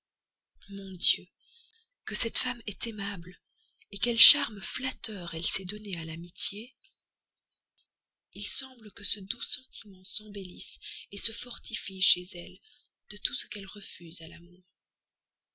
mon dieu que cette femme est aimable quel charme flatteur elle sait donner à l'amitié il semble que ce doux sentiment s'embellisse se fortifie chez elle de tout ce qu'elle refuse à l'amour